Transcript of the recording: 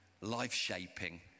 life-shaping